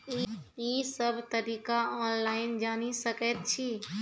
ई सब तरीका ऑनलाइन जानि सकैत छी?